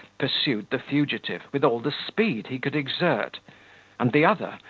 pursued the fugitive with all the speed he could exert and the other,